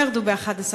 אז הם לא ירדו ב-11%.